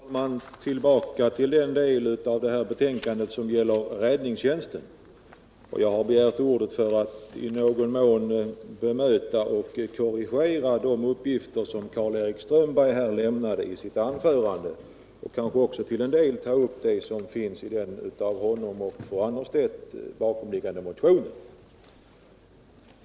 Herr talman! Jag skall gå tillbaka till den del av betänkandet som gäller räddningstjänsten. Jag har begärt ordet för att i någon mån bemöta och korrigera de uppgifter som Karl-Erik Strömberg här lämnade i sitt anförande, och kanske till en del ta upp det som finns i den bakomliggande motionen av honom och fru Annerstedt.